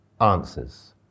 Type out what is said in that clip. answers